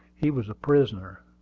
he was a prisoner,